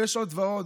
ויש עוד ועוד,